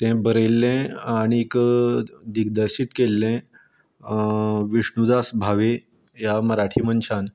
तें बरयल्लें आनीक दिग्दर्शीत केल्लें विश्णूदास भावे ह्या मराठी मनशान